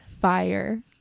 fire